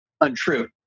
untrue